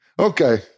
Okay